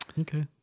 Okay